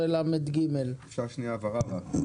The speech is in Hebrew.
14לג. הבהרה.